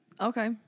Okay